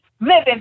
living